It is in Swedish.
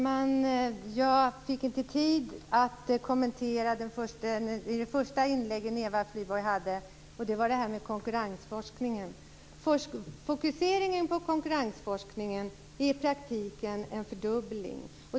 Fru talman! Jag fick inte tid att kommentera konkurrensforskningen i Eva Flyborgs första inlägg. Fokuseringen på konkurrensforskningen innebär i praktiken en fördubbling.